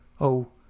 Oh